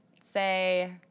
say